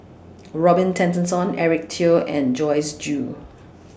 Robin Tessensohn Eric Teo and Joyce Jue